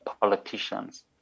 politicians